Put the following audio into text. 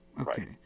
Okay